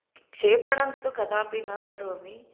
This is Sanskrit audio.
क्षेपणं तु कदापि न करोमि